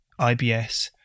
IBS